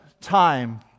time